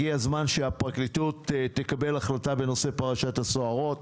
הגיע הזמן שפרקליטות תקבל החלטה בנושא פרשת הסוהרות,